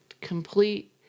complete